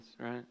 right